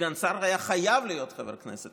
סגן שר היה חייב להיות חבר כנסת.